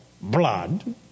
blood